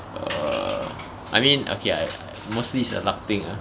err I mean okay lah mostly is a luck thing ah